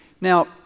Now